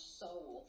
soul